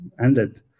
ended